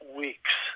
weeks